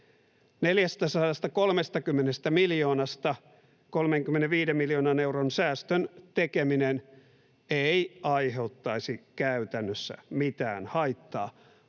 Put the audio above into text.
430 miljoonasta 35 miljoonan euron säästön tekeminen ei aiheuttaisi käytännössä mitään haittaa,